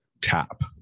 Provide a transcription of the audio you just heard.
tap